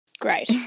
great